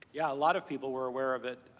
yeah. a lot of people were aware of it.